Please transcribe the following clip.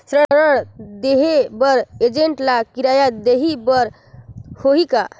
ऋण देहे बर एजेंट ला किराया देही बर होही का?